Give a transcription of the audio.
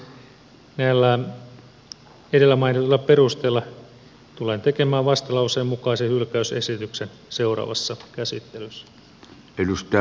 näillä edellä mainituilla perusteilla tulen tekemään vastalauseen mukaisen hylkäysesityksen seuraavassa käsittelyssä